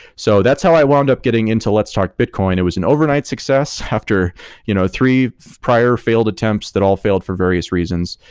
so that's how i wound up getting into let's talk bitcoin. it was an overnight success after you know three prior failed attempts that all filled for various reasons,